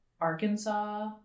Arkansas